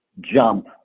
jump